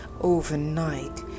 overnight